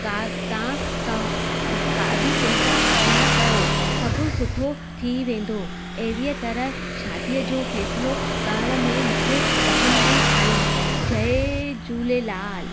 ता तव्हां कोई बि चिंता न कयो सब सुठो थी वेंदो अहिड़ीअ तरह शादीअ जो फ़ैसलो करण में मूंखे कठिनाई आई जय झूलेलाल